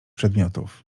przedmiotów